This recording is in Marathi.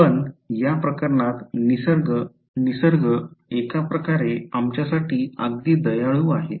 पण या प्रकरणात निसर्ग एक प्रकारचा आमच्यासाठी अगदी दयाळू आहे